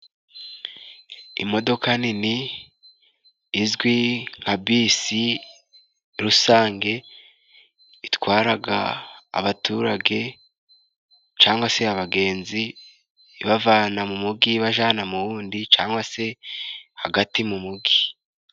Imodoka nini izwi nka bisi rusange itwaraga abaturage cyangwa se abagenzi, ibavana mu mugi ibajana mu undi cyangwa se hagati mu mugi.